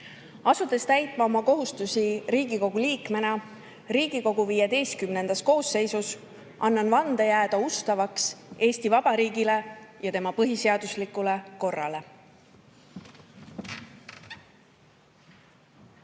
Asudes täitma oma kohustusi Riigikogu liikmena Riigikogu XV koosseisus, annan vande jääda ustavaks Eesti Vabariigile ja tema põhiseaduslikule korrale.